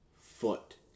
Foot